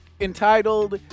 entitled